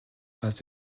phrase